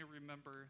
remember